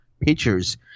pictures